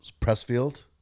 Pressfield